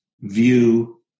view